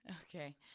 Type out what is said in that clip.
Okay